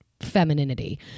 femininity